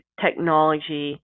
technology